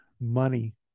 money